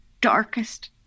darkest